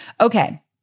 Okay